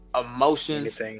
emotions